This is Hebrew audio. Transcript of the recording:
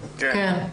כן.